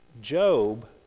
Job